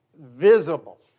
visible